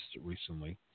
recently